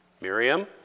Miriam